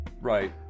Right